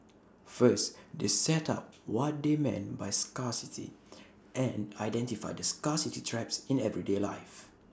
first they set out what they mean by scarcity and identify the scarcity traps in everyday life